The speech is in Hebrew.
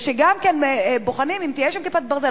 ושגם כן בוחנים אם תהיה שם "כיפת ברזל",